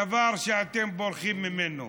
דבר שאתם בורחים ממנו.